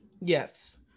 yes